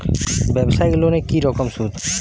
ব্যবসায়িক লোনে কি রকম সুদ?